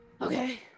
Okay